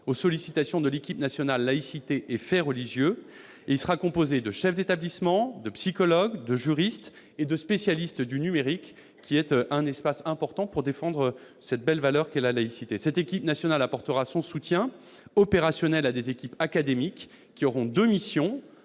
aux sollicitations de l'équipe nationale « laïcité et fait religieux »; il sera composé de chefs d'établissement, de psychologues, de juristes et de spécialistes du numérique- un espace important pour défendre cette belle valeur qu'est la laïcité. Cette équipe nationale apportera son soutien opérationnel à des équipes académiques, qui auront deux missions